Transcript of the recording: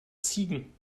ziegen